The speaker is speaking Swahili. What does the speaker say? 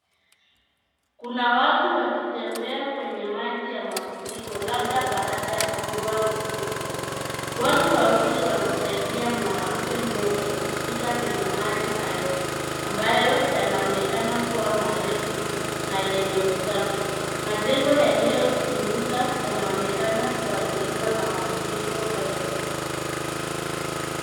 Kuna watu wakitembea kwenye maji ya mafuriko, labda baada ya mvua kubwa. Watu wawili wakimsaidia mwanamke mmoja kupita kwenye maji hayo, ambayo yanaonekana kuwa marefu na yenye uchafu. Majengo yaliyozunguka yanaonekana kuathiriwa na mafuriko hayo.,